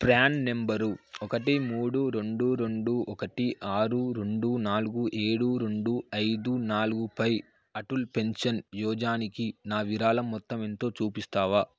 PRAN number ఒకటి మూడు రెండు రెండు ఒకటి ఆరు రెండు నాలుగు ఏడు రెండు ఐదు నాలుగు పై అటల్ పెన్షన్ యోజనాకి నా విరాళం మొత్తం ఎంతో చూస్తావా